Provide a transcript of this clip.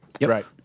Right